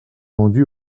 vendu